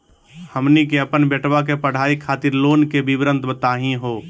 हमनी के अपन बेटवा के पढाई खातीर लोन के विवरण बताही हो?